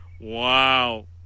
Wow